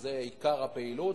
שזה עיקר הפעילות.